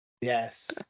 Yes